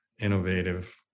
innovative